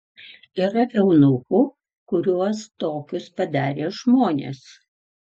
yra eunuchų kuriuos tokius padarė žmonės